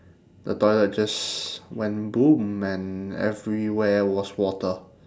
the toilet just went boom and everywhere was water